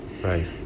Right